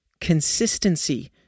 Consistency